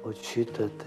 ot šito tai